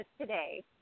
today